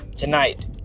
tonight